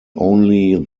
only